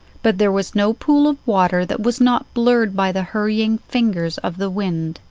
but there was no pool of water that was not blurred by the hurrying fingers of the wind.